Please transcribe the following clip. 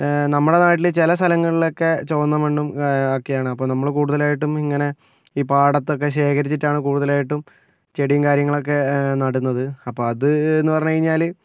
നമ്മുടെ നാട്ടിൽ ചില സ്ഥലങ്ങളിലൊക്കെ ചുവന്ന മണ്ണും ഒക്കെയാണ് അപ്പോൾ നമ്മൾ കൂടുതലായിട്ടും ഇങ്ങനെ ഈ പാടത്തൊക്കെ ശേഖരിച്ചിട്ടാണ് കൂടുതലായിട്ടും ചെടിയും കാര്യങ്ങളൊക്കെ നടുന്നത് അപ്പം അതെന്ന് പറഞ്ഞ് കഴിഞ്ഞാൽ